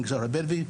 במגזר הבדואי,